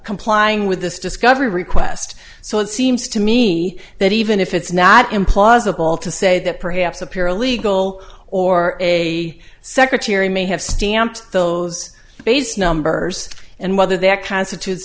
complying with this discovery request so it seems to me that even if it's not implausible to say that perhaps a paralegal or a secretary may have stamped those base numbers and whether that constitutes